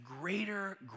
greater